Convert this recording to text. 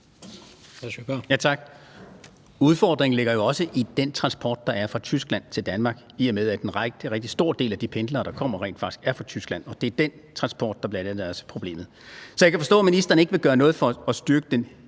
Udfordringen ligger jo også i den transport, der er fra Tyskland til Danmark, i og med at en rigtig stor del af de pendlere, der kommer, rent faktisk er fra Tyskland, og det er den transport, der bl.a. er problemet. Så jeg kan forstå, at ministeren ikke vil gøre noget for at styrke